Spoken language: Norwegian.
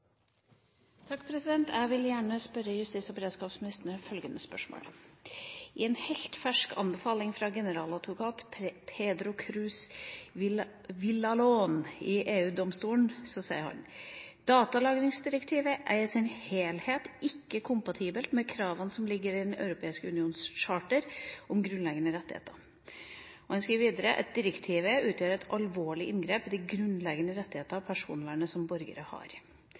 generaladvokat Pedro Cruz Villalón i EU-domstolen sier: «Datalagringsdirektivet er i sin helhet ikke kompatibelt med kravene som ligger i Den europeiske unions charter om grunnleggende rettigheter» og «Direktivet utgjør et alvorlig inngrep i den grunnleggende rettigheten personvern som borgerne har.»